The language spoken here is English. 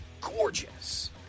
gorgeous